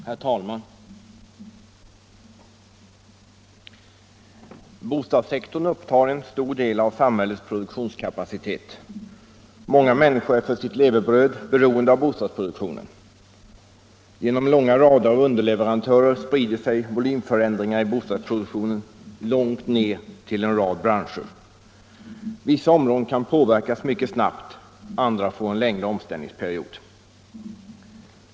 Herr talman! Bostadssektorn upptar en stor del av samhällets produktionskapacitet. Många människor är för sitt levebröd beroende av bo stadsproduktionen. Genom långa rader av underleverantörer sprider sig volymförändringar i bostadsproduktionen till en rad branscher. Vissa områden kan påverkas mycket snabbt, medan andra får en längre omställningsperiod.